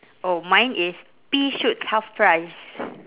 oh mine is pea shoots half price